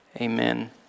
Amen